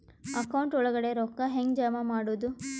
Account ಒಳಗಡೆ ರೊಕ್ಕ ಹೆಂಗ್ ಜಮಾ ಮಾಡುದು?